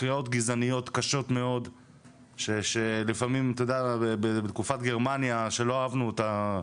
קריאות גזעניות קשות מאוד שלפעמים בתקופת גרמניה שלא אהבנו אותה,